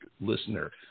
listener